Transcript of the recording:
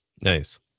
nice